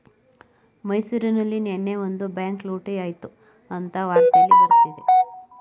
ಮೈಸೂರಲ್ಲಿ ನೆನ್ನೆ ಒಂದು ಬ್ಯಾಂಕ್ ಲೂಟಿ ಆಯ್ತು ಅಂತ ವಾರ್ತೆಲ್ಲಿ ಬರ್ತಿದೆ